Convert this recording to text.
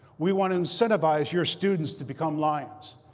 we want to incentivize your students to become lions.